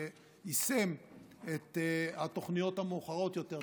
שיישם את התוכניות המאוחרות יותר,